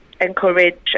encourage